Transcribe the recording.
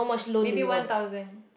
maybe one thousand